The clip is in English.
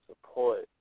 support